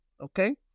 okay